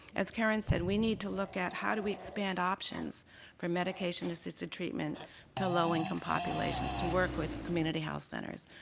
as karen said, we need to look at how do we expand options for medication assisted treatment to low income populations, to work with community health centers,